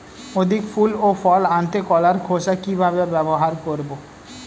অধিক ফুল ও ফল আনতে কলার খোসা কিভাবে ব্যবহার করব?